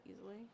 easily